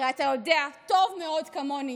הרי אתה יודע טוב מאוד כמוני